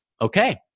Okay